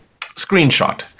screenshot